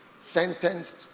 Sentenced